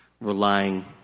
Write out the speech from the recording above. relying